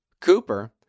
Cooper